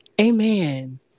Amen